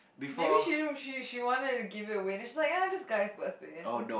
maybe she she wanted to give it away then she like uh this guy birthday